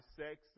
sex